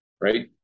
Right